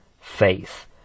faith